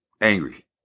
angry